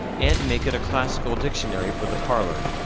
and make it a classical dictionary for the parlor.